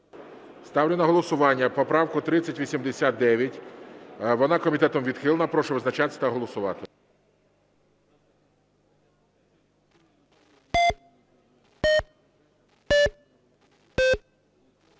голосування поправку 3089. Вона комітетом відхилена. Прошу визначатись та голосувати.